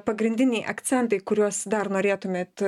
pagrindiniai akcentai kuriuos dar norėtumėt